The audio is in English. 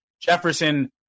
Jefferson